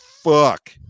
fuck